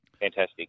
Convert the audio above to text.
Fantastic